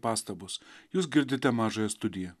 pastabos jūs girdite mažąją studiją